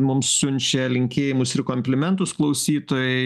mums siunčia linkėjimus ir komplimentus klausytojai